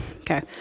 Okay